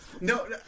no